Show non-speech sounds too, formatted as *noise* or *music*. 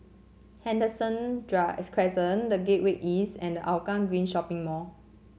Henderson *unintelligible* Crescent The Gateway East and Hougang Green Shopping Mall